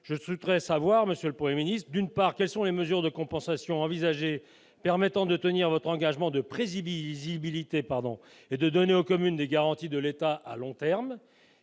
je souhaiterais vous poser deux questions. D'une part, quelles sont les mesures de compensation envisagées permettant de tenir votre engagement de « prévisibilité » et de donner aux communes des garanties de l'État à long terme